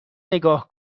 نگاه